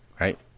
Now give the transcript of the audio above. right